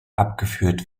abgeführt